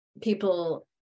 people